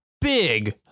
big